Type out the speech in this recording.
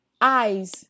Eyes